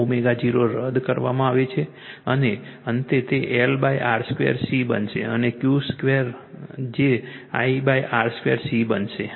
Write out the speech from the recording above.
તેથી ω0 ω0 રદ કરવામાં આવશે અને અંતે તે LR 2 C બનશે અને Q0 2 જે lR 2 C બનશે